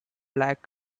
black